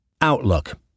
Outlook